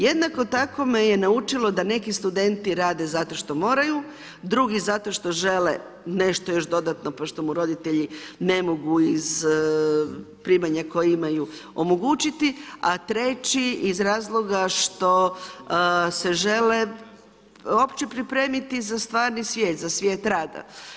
Jednako tako me je naučili da neki studenti rade zato što moraju, drugi zato što žele nešto još dodatno pošto mu roditelji ne mogu iz primanja koja imaju omogućiti, a treći iz razloga što se žele uopće pripremiti za stvarni svijet, za svijet rada.